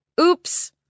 Oops